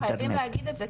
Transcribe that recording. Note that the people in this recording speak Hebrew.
חייבים להגיד את זה,